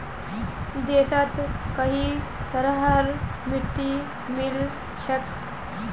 देशत कई तरहरेर मिट्टी मिल छेक